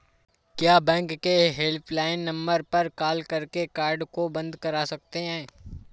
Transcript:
क्या बैंक के helpline number पर कॉल करके कार्ड को बंद करा सकते हैं?